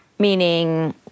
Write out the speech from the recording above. meaning